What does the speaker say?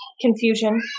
confusion